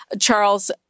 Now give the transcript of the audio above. Charles